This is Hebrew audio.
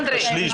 אנדרי,